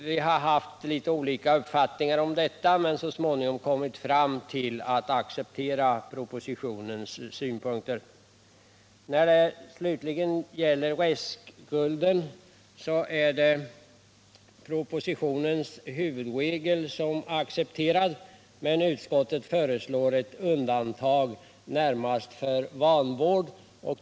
Vi har i utskottet haft litet olika uppfattningar om detta men har så småningom accepterat propositionens synpunkter. När det slutligen gäller restskulden har propositionens huvudregel accepterats, men utskottet föreslår ett undantag vid vanvård.